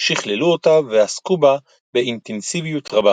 שכללו אותה ועסקו בה באינטנסיביות רבה.